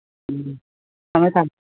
ꯎꯝ ꯊꯝꯃꯦ ꯊꯝꯃꯦ